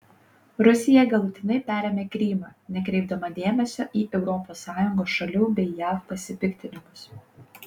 rusija galutinai perėmė krymą nekreipdama dėmesio į europos sąjungos šalių bei jav pasipiktinimus